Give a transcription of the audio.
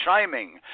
chiming